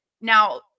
now